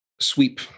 sweep